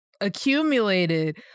accumulated